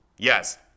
Yes